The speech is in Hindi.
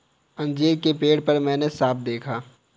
अंजीर के पेड़ पर मैंने साँप देखा